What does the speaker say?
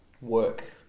work